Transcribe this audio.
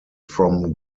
from